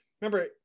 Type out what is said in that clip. remember